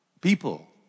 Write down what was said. People